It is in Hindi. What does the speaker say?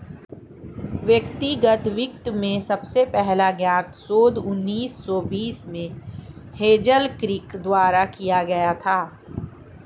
व्यक्तिगत वित्त में सबसे पहला ज्ञात शोध उन्नीस सौ बीस में हेज़ल किर्क द्वारा किया गया था